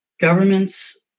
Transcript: governments